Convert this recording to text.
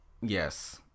Yes